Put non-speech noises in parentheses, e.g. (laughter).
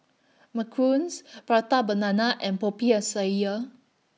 Macarons (noise) Prata Banana and Popiah Sayur